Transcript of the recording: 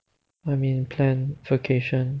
I mean plan vacation